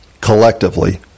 Collectively